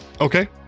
Okay